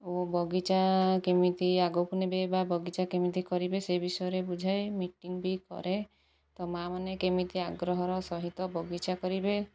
ଓ ବଗିଚା କେମିତି ଆଗକୁ ନେବେ ବା ବଗିଚା କେମିତି କରିବେ ସେ ବିଷୟରେ ବୁଝାଏ ମିଟିଂ ବି କରେ ତ ମାଆମାନେ କେମିତି ଆଗ୍ରହର ସହିତ ବଗିଚା କରିବେ